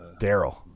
Daryl